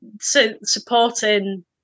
supporting